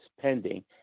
pending